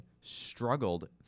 struggled